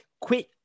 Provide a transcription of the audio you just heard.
quit